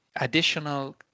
additional